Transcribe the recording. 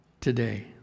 today